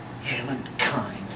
humankind